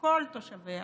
כל תושביה,